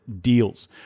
Deals